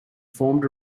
formed